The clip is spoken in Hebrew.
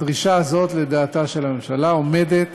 הדרישה הזאת, לדעתה של הממשלה, עומדת